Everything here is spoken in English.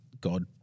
God